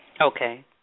Okay